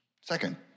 Second